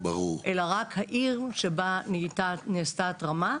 אלא רק העיר שבה נעשתה התרמה,